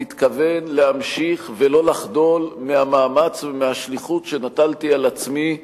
מתכוון להמשיך ולא לחדול מהמאמץ ומהשליחות שנטלתי על עצמי,